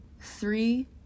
Three